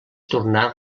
tornar